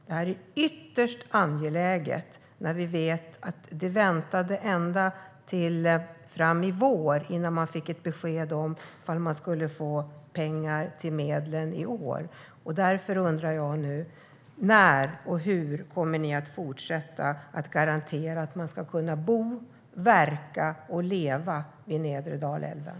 Det är ytterst angeläget när vi vet att man fick vänta ända till i vår innan man fick besked om man skulle få pengar till bekämpningsmedlen i år. Därför undrar jag när och hur ni kommer att garantera att man ska kunna fortsätta att bo, verka och leva vid nedre Dalälven.